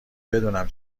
بدونم